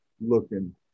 looking